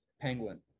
penguin